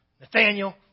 Nathaniel